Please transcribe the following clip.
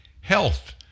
health